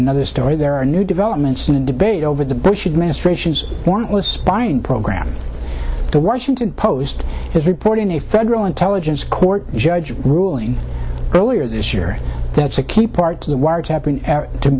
another story there are new developments in a debate over the bush administration's warrantless spying program the washington post is reporting a federal intelligence court judge ruling earlier this year that's a key part to the wiretapping to